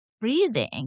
breathing